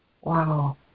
Wow